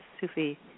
Sufi